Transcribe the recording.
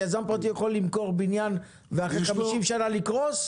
יזם פרטי יכול למכור בניין שאחרי 50 שנה יקרוס?